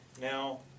Now